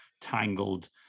tangled